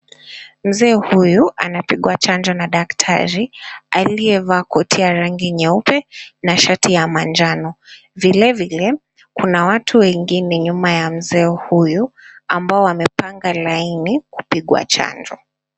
Mzee huyu anapigwa chanjo na daktari aliyevaa koti ya rangi nyeupe na shati ya manjano, vile vile kuna watu wengine nyuma ya mzee huyu, ambaye amepanga laini kupigwa chanjo.